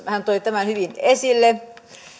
hän toi hyvin esille tämä